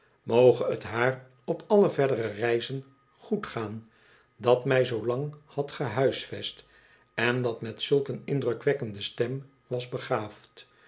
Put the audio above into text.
moge het haar op alle verdere reizen goed gaan dat mij zoolang had gehuisvest en dat met zulk een indrukwekkende stem was begaafd